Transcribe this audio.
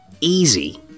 Easy